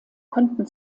konnten